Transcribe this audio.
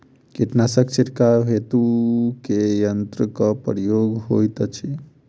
कीटनासक छिड़काव हेतु केँ यंत्रक प्रयोग होइत अछि?